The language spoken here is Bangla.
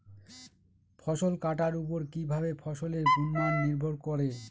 ফসল কাটার উপর কিভাবে ফসলের গুণমান নির্ভর করে?